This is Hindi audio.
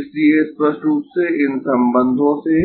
इसलिए स्पष्ट रूप से इन संबंधों से